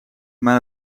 maar